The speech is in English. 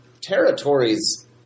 territories